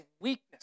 weakness